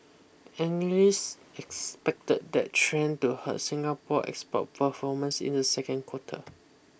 analysts expected that trend to hurt Singapore export performance in the second quarter